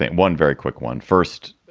one, very quick one first.